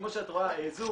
וכמו שאת רואה, זוג